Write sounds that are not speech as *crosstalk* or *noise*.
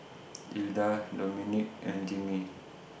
*noise* Ilda Domonique and Jimmie